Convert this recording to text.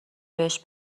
بهش